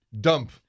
Dump